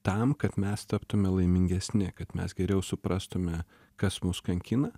tam kad mes taptume laimingesni kad mes geriau suprastume kas mus kankina